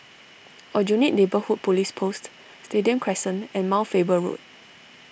Aljunied Neighbourhood Police Post Stadium Crescent and Mount Faber Road